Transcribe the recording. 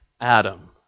Adam